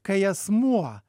kai asmuo